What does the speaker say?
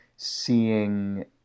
seeing